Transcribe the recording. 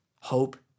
hope